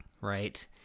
right